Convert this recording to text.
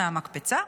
מהמקפצה.